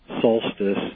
solstice